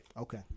Okay